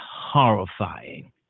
horrifying